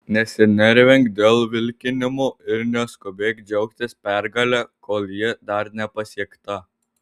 nesinervink dėl vilkinimo ir neskubėk džiaugtis pergale kol ji dar nepasiekta